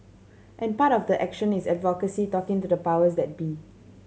and part of the action is advocacy talking to the powers that be